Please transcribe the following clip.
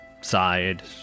side